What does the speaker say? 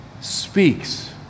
speaks